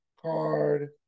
card